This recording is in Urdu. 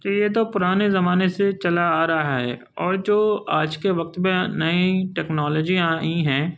کہ یہ تو پرانے زمانے سے چلا آ رہا ہے اور جو آج کے وقت میں نئی ٹیکنالوجی آئی ہیں